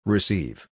Receive